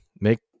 make